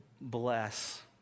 bless